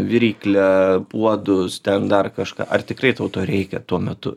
viryklę puodus ten dar kažką ar tikrai tau to reikia tuo metu